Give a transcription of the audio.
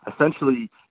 essentially